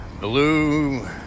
Blue